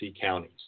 counties